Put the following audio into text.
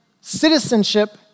citizenship